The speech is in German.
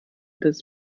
des